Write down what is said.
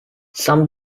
some